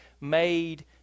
made